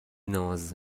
ناز